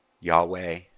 Yahweh